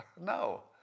No